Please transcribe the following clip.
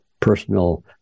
personal